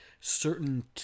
certain